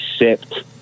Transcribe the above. accept